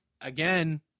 again